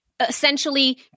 essentially